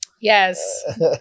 Yes